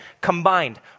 combined